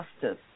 justice